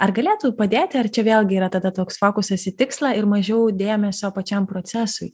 ar galėtų padėti ar čia vėlgi yra tada toks fokusas į tikslą ir mažiau dėmesio pačiam procesui